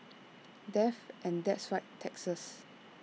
death and that's right taxes